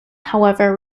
however